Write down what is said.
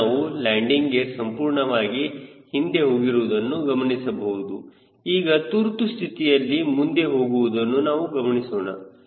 ಈಗ ನಾವು landing gear ಸಂಪೂರ್ಣವಾಗಿ ಹಿಂದಿ ಹೋಗಿರುವುದನ್ನು ಗಮನಿಸಬಹುದು ಈಗ ತುರ್ತುಸ್ಥಿತಿಯ ಮುಂದೆ ಹೋಗುವುದನ್ನು ನಾವು ಗಮನಿಸೋಣ